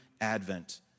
Advent